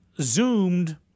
zoomed